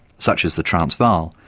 such as the transvaal,